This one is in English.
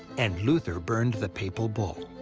and luther burned the papal bull.